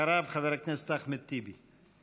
אחריו חבר הכנסת אחמד טיבי.